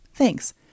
Thanks